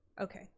okay